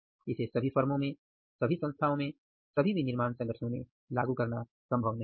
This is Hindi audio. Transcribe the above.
इसे सभी फर्मो में सभी संस्थाओं में सभी विनिर्माण संगठनों में लागू करना संभव नहीं है